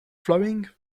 flowing